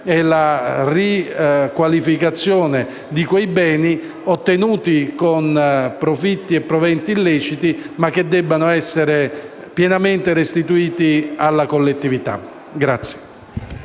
e la riqualificazione dei beni ottenuti con profitti e proventi illeciti che debbono essere pienamente restituiti alla collettività.